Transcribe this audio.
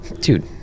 Dude